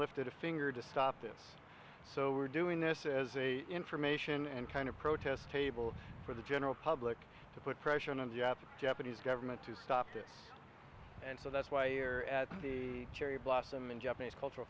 lifted a finger to stop this so we're doing this as a information and kind of protest table for the general public to put pressure on a japanese government to stop this and so that's why you're at the cherry blossom and japanese cultural